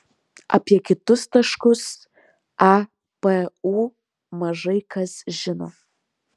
apie kitus taškus a p u mažai kas žino